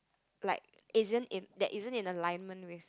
like isn't in that isn't in alignment with